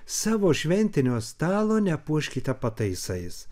savo šventinio stalo nepuoškite pataisais